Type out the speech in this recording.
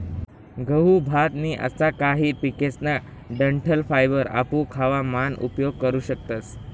गहू, भात नी असा काही पिकेसकन डंठल फायबर आपू खावा मान उपयोग करू शकतस